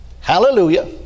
Hallelujah